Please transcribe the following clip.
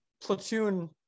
platoon